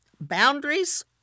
boundaries